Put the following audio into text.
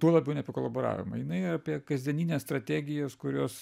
tuo labiau ne apie kolaboravimą jinai apie kasdienines strategijas kurios